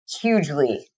hugely